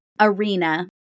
arena